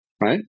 right